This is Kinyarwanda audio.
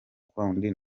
kundi